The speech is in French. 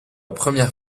première